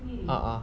ah ah